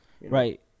Right